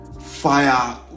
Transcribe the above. fire